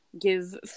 give